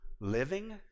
living